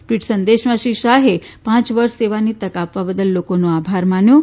tweet સંદેશમાં શ્રી શાહે પાંચ વર્ષ સેવાની તક આપવા બદલ લોકોનો આભાર માન્યો હતો